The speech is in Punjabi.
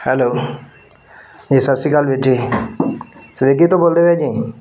ਹੈਲੋ ਜੀ ਸਤਿ ਸ਼੍ਰੀ ਅਕਾਲ ਵੀਰ ਜੀ ਸਵਿਗੀ ਤੋਂ ਬੋਲਦੇ ਪਏ ਜੀ